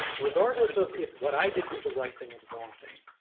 regardless of if what i did was the right thing or the wrong thing,